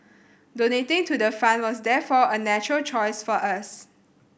donating to the fund was therefore a natural choice for us